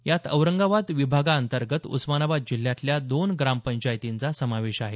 यात औरंगाबाद विभागांतर्गत उस्मानाबाद जिल्ह्यातल्या दोन ग्रामपंचायतींचा समावेश आहे